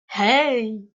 hey